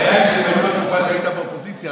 הבעיה היא שזה היה בתקופה שהיית באופוזיציה,